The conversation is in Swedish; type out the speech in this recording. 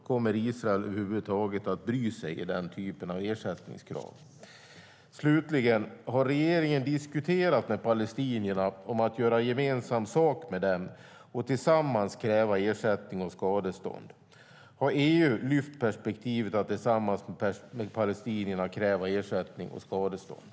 Kommer Israel över huvud taget att bry sig om den typen av ersättningskrav? Slutligen: Har regeringen diskuterat med palestinierna om att göra gemensam sak med dem och tillsammans kräva ersättning och skadestånd? Har EU lyft upp perspektivet att tillsammans med palestinierna kräva ersättning och skadestånd?